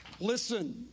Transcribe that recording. Listen